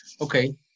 Okay